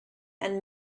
and